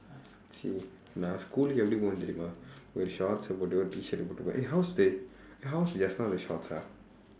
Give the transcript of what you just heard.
!chi! நான்:naan schoolukku எப்படி போவேன் தெரியுமா ஒரு:eppadi pooveen theriyumaa oru shortsae போட்டு ஒரு:pootdu oru t-shirtae போட்டு போவேன்:pootdu pooduveen eh how's the eh how's with shorts ah